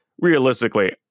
realistically